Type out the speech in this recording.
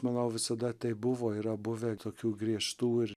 manau visada taip buvo yra buvę tokių griežtų ir